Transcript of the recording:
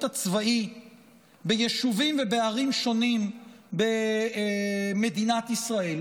הצבאי ביישובים ובערים שונים במדינת ישראל,